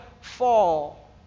fall